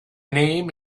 name